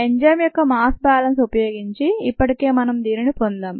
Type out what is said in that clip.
enzyme యొక్క mass balance ఉపయోగించి ఇప్పటికే మనం దీనిని పొందాం